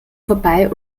vorbei